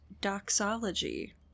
doxology